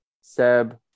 seb